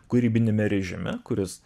kūrybiniame režime kuris